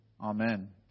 Amen